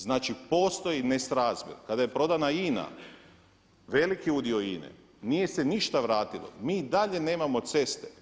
Znači postoji nesrazmjer, kada je prodana INA, veliki udio INA-e nije se ništa vratilo, mi i dalje nemamo ceste.